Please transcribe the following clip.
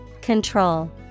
Control